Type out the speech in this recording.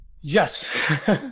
yes